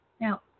Now